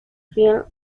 film